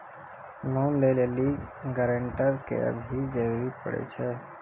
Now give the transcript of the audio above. Loan लै लेली guarantor के भी जरूरी पड़ै छै?